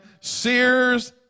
Sears